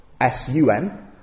S-U-N